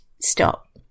stop